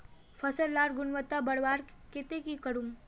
फसल लार गुणवत्ता बढ़वार केते की करूम?